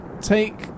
take